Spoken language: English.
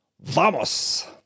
Vamos